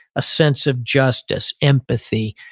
a sense of justice, empathy,